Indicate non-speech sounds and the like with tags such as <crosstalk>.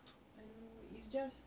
<noise> I don't know it's just